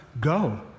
go